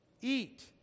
eat